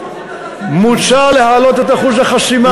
מוצע להעלות את אחוז החסימה,